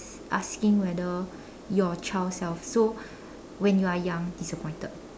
asking whether your child self so when you are young disappointed